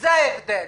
זה ההבדל.